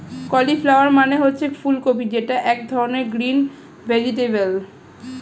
cauliflower মানে হচ্ছে ফুলকপি যেটা এক ধরনের গ্রিন ভেজিটেবল